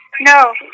No